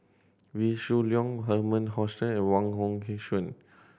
Wee Shoo Leong Herman Hochstadt and Wong Hong Suen